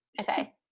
Okay